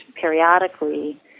periodically